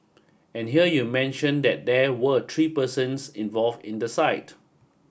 and here you mention that there were three persons involved in the site